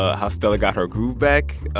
ah how stella got her groove back,